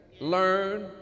Learn